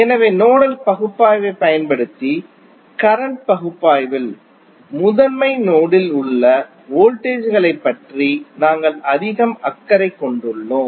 எனவே நோடல் பகுப்பாய்வைப் பயன்படுத்தி கரண்ட் பகுப்பாய்வில் முதன்மை நோடில் உள்ள வோல்டேஜ் களைப் பற்றி நாங்கள் அதிக அக்கறை கொண்டுள்ளோம்